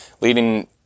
leading